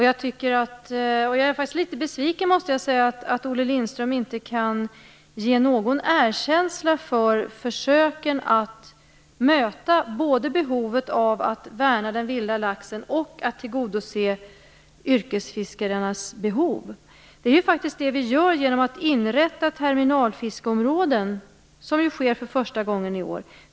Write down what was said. Jag är faktiskt litet besviken över att Olle Lindström inte kan ge någon erkänsla för försöken att både värna den vilda laxen och att tillgodose yrkesfiskarnas behov. Det är ju faktiskt det vi gör genom att inrätta terminalfiskeområden, vilket sker för första gången i år.